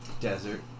desert